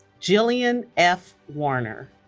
jillian f. warner